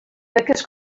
beques